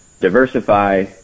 diversify